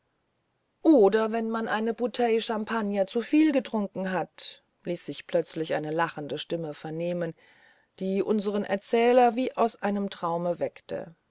oder wenn man eine bouteille champagner zuviel getrunken hat ließ sich plötzlich eine lachende stimme vernehmen die unseren erzähler wie aus einem traume weckte